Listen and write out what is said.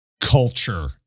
culture